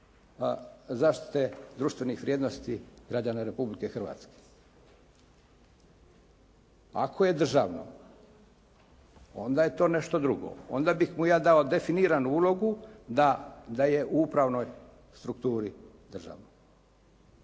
zaštite društvenih vrijednosti građana Republike Hrvatske? Ako je državno, onda je to nešto drugo, onda bih mu ja dao definiranu ulogu da je u upravnoj strukturi država.